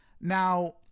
Now